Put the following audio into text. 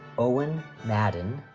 owen madin,